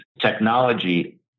Technology